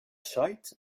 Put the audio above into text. schreit